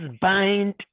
bind